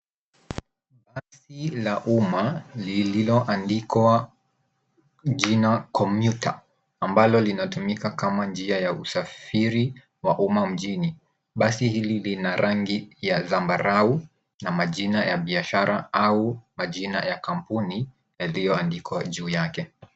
Basi la umma lililoandikwa jina commuter ambalo linatumika kama njia ya usafiri wa umma mjini. Basi hili lina rangi ya zambarau na majina ya biashara au majina ya kampuni yaliyoandikwa juu yake.